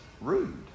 rude